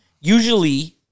usually